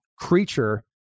creature